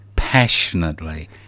Passionately